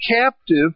captive